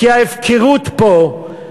כי ההפקרות פה,